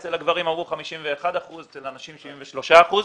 אצל הגברים אמרו 51 אחוזים ואצל הנשים 73 אחוזים.